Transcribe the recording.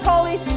Holy